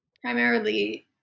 primarily